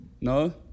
No